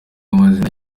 amazina